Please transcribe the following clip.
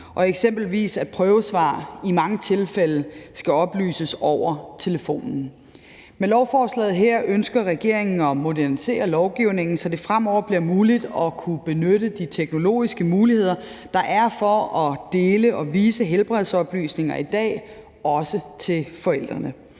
eksempelvis i mange tilfælde skal oplyses over telefonen. Med lovforslaget her ønsker regeringen at modernisere lovgivningen, så det fremover bliver muligt at benytte de teknologiske muligheder, der er for at dele og vise helbredsoplysninger i dag, også for forældrene.